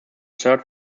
third